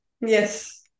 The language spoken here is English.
Yes